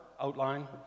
outline